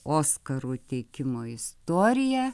oskarų teikimo istoriją